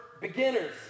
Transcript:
beginners